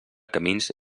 camins